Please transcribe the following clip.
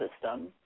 system